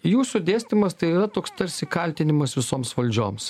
jūsų dėstymas tai yra toks tarsi kaltinimas visoms valdžioms